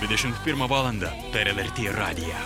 dvidešimt pirmą valandą per lrt radiją